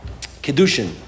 kedushin